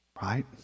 Right